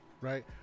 right